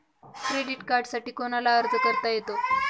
Credit कार्डसाठी कोणाला अर्ज करता येतो?